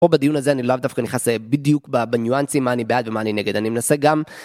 פה בדיון הזה אני לאו דווקא נכנס בדיוק בניואנסים, מה אני בעד ומה אני נגד, אני מנסה גם.